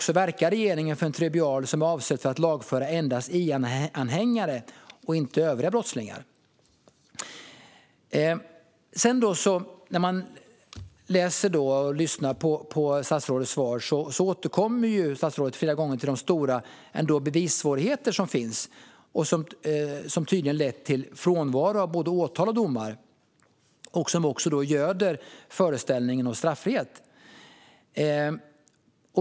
Verkar regeringen för en tribunal som är avsedd att lagföra endast IS-anhängare och inte övriga brottslingar? Statsrådets återkommer flera gånger till de stora bevissvårigheter som finns och som tydligen lett till frånvaro av både åtal och domar och som också göder föreställningen om straffrihet.